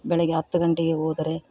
ಬೆಳಗ್ಗೆ ಹತ್ತು ಗಂಟೆಗೆ ಹೋದರೆ